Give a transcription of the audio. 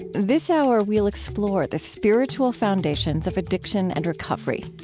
this hour, we'll explore the spiritual foundations of addiction and recovery.